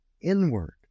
inward